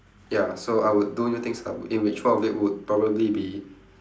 ya so I would do new things lah in which one of them would probably be